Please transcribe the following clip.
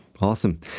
Awesome